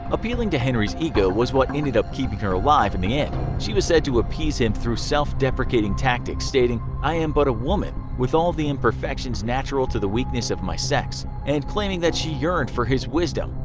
appealing to henry's ego was what ended up keeping her alive in the end. she was said to appease him through self-deprecating tactics, stating, i am but a woman, with all the imperfections natural to the weakness of my sex, and claiming that she yearned for his wisdom.